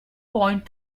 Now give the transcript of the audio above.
point